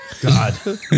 God